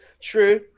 True